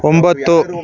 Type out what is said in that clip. ಒಂಬತ್ತು